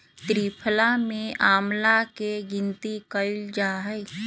त्रिफला में आंवला के गिनती कइल जाहई